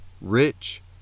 rich